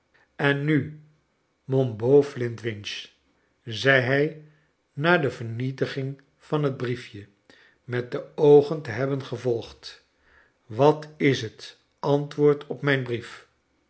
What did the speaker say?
en nu mon beau flintwinch zei hij na de vernietiging van het briefje met de oogen te hebben gevolgd wat is het antwoord op mijn brief